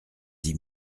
dix